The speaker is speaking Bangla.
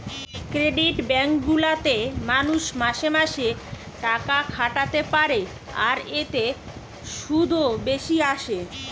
ক্রেডিট বেঙ্ক গুলা তে মানুষ মাসে মাসে টাকা খাটাতে পারে আর এতে শুধও বেশি আসে